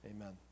Amen